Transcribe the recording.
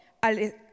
al